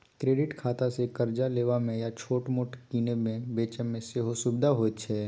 credit खातासँ करजा लेबा मे या छोट मोट कीनब बेचब मे सेहो सुभिता होइ छै